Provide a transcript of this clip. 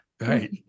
Right